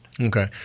Okay